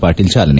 ಪಾಟೀಲ್ ಚಾಲನೆ